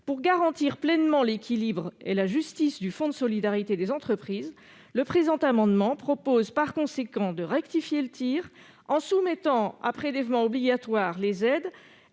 Pour garantir pleinement l'équilibre et la justice du Fonds de solidarité pour les entreprises, le présent amendement vise à rectifier le tir, en soumettant à prélèvements obligatoires les aides